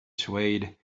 swayed